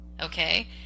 Okay